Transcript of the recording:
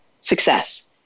success